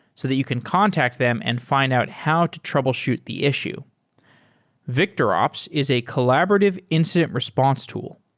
so that you can contact them and fi nd out how to troubleshoot the issue victorops is a collaborative incident response tool.